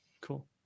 Cool